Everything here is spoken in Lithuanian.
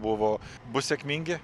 buvo bus sėkmingi